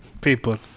people